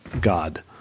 God